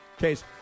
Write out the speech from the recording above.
case